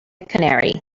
canary